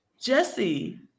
Jesse